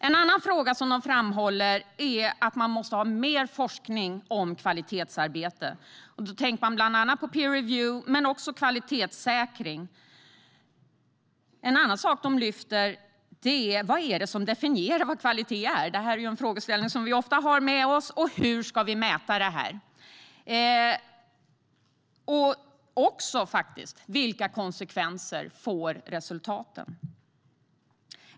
En annan fråga som Vetenskapsrådet framhåller är att det måste finnas mer forskning om kvalitetsarbete. De tänker bland annat på peer review men också kvalitetssäkring. De lyfter också fram vad det är som definierar kvalitet. Det är en frågeställning vi ofta har med oss. Hur ska det mätas, och vilka effekter får resultaten?